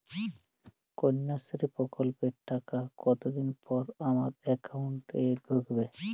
কন্যাশ্রী প্রকল্পের টাকা কতদিন পর আমার অ্যাকাউন্ট এ ঢুকবে?